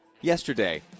yesterday